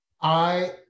I-